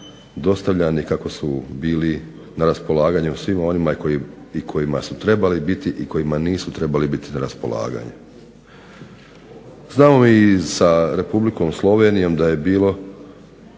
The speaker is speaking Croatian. dostavljani, kako su bili na raspolaganju svima onima kojima su trebali biti i kojima nisu trebali biti na raspolaganje. Znamo da i sa Republikom Slovenijom vrlo brzo